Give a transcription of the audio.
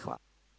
Hvala.